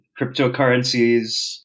cryptocurrencies